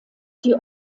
die